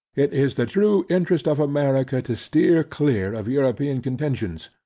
it is the true interest of america to steer clear of european contentions,